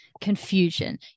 confusion